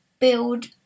build